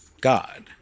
God